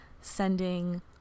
sending